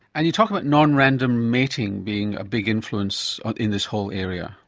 and you talk about non-random mating being a big influence in this whole area.